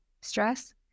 stress